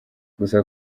gusa